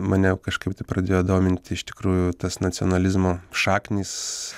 mane jau kažkaip pradėjo dominti iš tikrųjų tas nacionalizmo šaknys